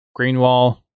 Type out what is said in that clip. Greenwall